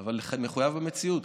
אבל מחויב המציאות,